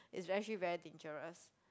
is actually very dangerous